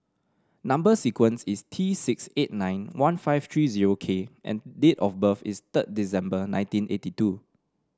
number sequence is T six eight nine one five three zero K and date of birth is third December nineteen eighty two